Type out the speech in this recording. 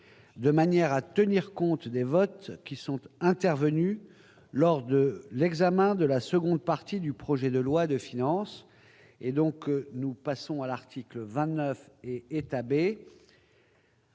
de manière à tenir compte des votes qui sont intervenus lors de l'examen de la seconde partie du projet de loi de finances. Je mets aux voix l'ensemble constitué